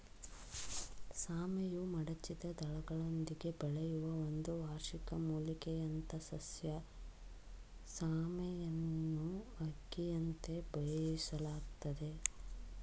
ಸಾಮೆಯು ಮಡಚಿದ ದಳಗಳೊಂದಿಗೆ ಬೆಳೆಯುವ ಒಂದು ವಾರ್ಷಿಕ ಮೂಲಿಕೆಯಂಥಸಸ್ಯ ಸಾಮೆಯನ್ನುಅಕ್ಕಿಯಂತೆ ಬೇಯಿಸಲಾಗ್ತದೆ